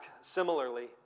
similarly